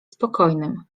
spokojnym